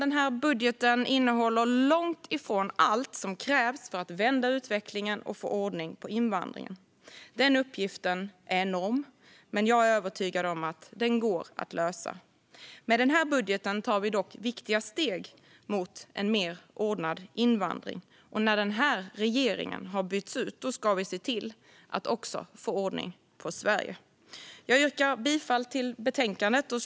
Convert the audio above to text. Den här budgeten innehåller långt ifrån allt som krävs för att vända utvecklingen och få ordning på invandringen. Den uppgiften är enorm, men jag är övertygad om att den går att lösa. Med den här budgeten tar vi viktiga steg mot en mer ordnad invandring, och när regeringen har bytts ut ska vi se till att också få ordning på Sverige. Jag yrkar bifall till utskottets förslag i betänkandet.